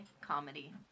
comedy